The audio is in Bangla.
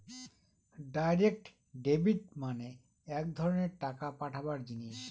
ডাইরেক্ট ডেবিট মানে এক ধরনের টাকা পাঠাবার জিনিস